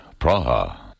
Praha